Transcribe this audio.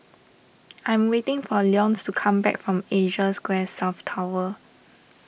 I am waiting for Leonce to come back from Asia Square South Tower